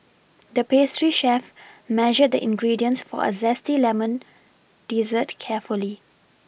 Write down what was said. the pastry chef measured the ingredients for a zesty lemon dessert carefully